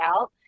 out